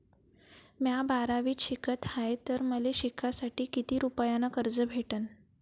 म्या बारावीत शिकत हाय तर मले शिकासाठी किती रुपयान कर्ज भेटन?